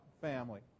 family